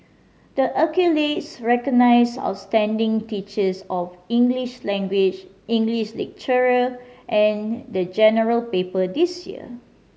the accolades recognise outstanding teachers of English language English literature and the General Paper this year